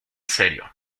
serio